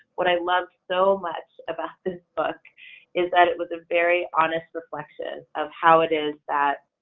what i love so much about this book is that it was a very honest reflection of how it is that